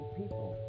people